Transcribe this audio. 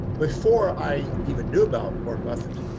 before i even knew about warren buffett,